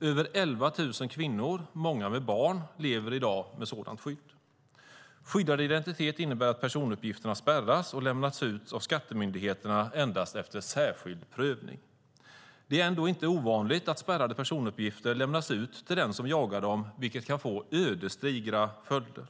Över 11 000 kvinnor, många med barn, lever i dag med sådant skydd. Skyddad identitet innebär att personuppgifterna spärras och lämnas ut av skattemyndigheterna endast efter särskild prövning. Det är ändå inte ovanligt att spärrade personuppgifter lämnas ut till den som jagar dessa kvinnor, vilket kan få ödesdigra följder.